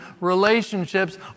Relationships